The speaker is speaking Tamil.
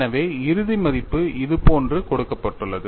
எனவே இறுதி மதிப்பு இதுபோன்று கொடுக்கப்பட்டுள்ளது